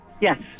yes